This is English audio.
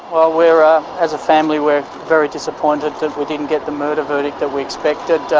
well we're, ah as a family, we're very disappointed that we didn't get the murder verdict that we expected.